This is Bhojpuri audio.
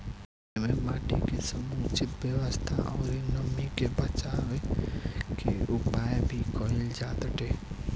एमे माटी के समुचित व्यवस्था अउरी नमी के बाचावे के उपाय भी कईल जाताटे